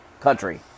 country